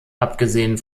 abgesehen